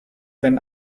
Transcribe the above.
wenn